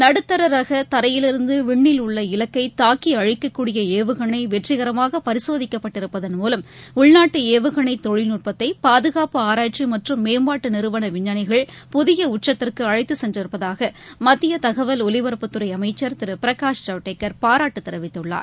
நடுத்தரரகதரையிலிருந்துவிண்ணில் உள்ள இலக்கைதாக்கிஅழிக்கக்கூடியஏவுகணைவெற்றிகரமாகபரிசோதிக்கப்பட்டிருப்பதன் மூலம் உள்நாட்டுஏவுகணைதொழில்நுட்பத்தைபாதுகாப்பு ஆராய்ச்சிமற்றும் மேம்பாட்டுநிறுவனவிஞ்ஞானிகள் புதியஉச்சத்திற்குஅழைத்துச் சென்றிருப்பதாகமத்தியதகவல் ஒலிபரப்புத்துறைஅமைச்சர் திருபிரனஷ் ஜவடேகர் பாராட்டுதெரிவித்துள்ளார்